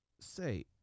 Say